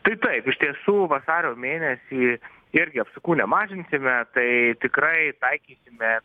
tai taip iš tiesų vasario mėnesį irgi apsukų nemažinsime tai tikrai taikysime